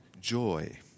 joy